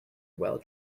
well